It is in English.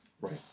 Right